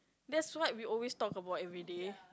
that's what we always talk about everyday